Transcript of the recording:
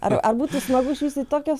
ar ar būtų smagu iš vis į tokias